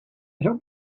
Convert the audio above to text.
help